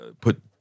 put